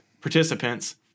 participants